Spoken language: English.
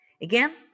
Again